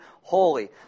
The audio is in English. holy